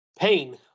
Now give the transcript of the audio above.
pain